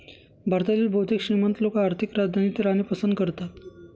भारतातील बहुतेक श्रीमंत लोक आर्थिक राजधानीत राहणे पसंत करतात